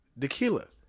tequila